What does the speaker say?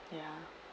ya